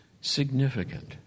significant